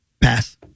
Pass